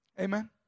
Amen